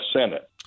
Senate